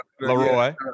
Leroy